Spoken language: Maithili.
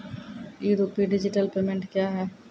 ई रूपी डिजिटल पेमेंट क्या हैं?